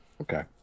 Okay